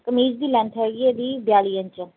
ਕਮੀਜ਼ ਦੀ ਲੈਂਥ ਹੈਗੀ ਆ ਜੀ ਬਿਆਲੀ ਇੰਚ